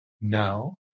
No